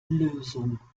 lösung